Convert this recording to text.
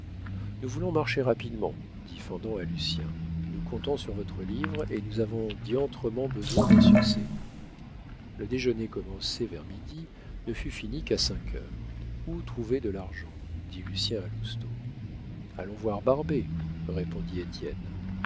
nous voulons marcher rapidement dit fendant à lucien nous comptons sur votre livre et nous avons diantrement besoin d'un succès le déjeuner commencé vers midi ne fut fini qu'à cinq heures où trouver de l'argent dit lucien à lousteau allons voir barbet répondit étienne